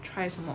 try 什么